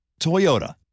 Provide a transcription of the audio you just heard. Toyota